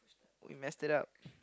we messed it up